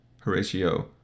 Horatio